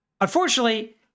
Unfortunately